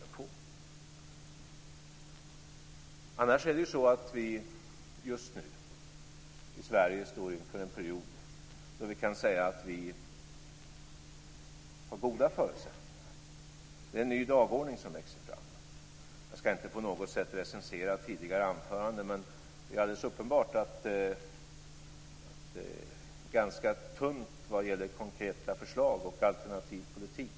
Det skall den få. Annars står vi just nu i Sverige inför en period då vi kan säga att vi har goda förutsättningar. Det är en ny dagordning som växer fram. Jag skall inte på något sätt recensera tidigare anföranden, men det är alldeles uppenbart att det är ganska tunt vad gäller konkreta förslag och alternativ politik.